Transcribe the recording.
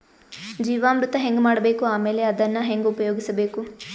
ಜೀವಾಮೃತ ಹೆಂಗ ಮಾಡಬೇಕು ಆಮೇಲೆ ಅದನ್ನ ಹೆಂಗ ಉಪಯೋಗಿಸಬೇಕು?